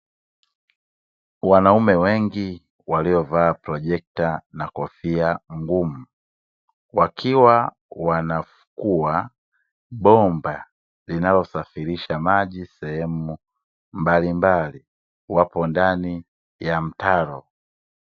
Wanaume wengi waliovaa projekta na kofia ngumu. Wakiwa wanafukua bomba linalosafirisha maji sehemu mbalimbali wapo ndani ya mtaro.